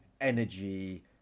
energy